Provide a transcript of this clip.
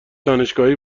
دانشگاهی